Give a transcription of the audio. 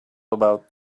about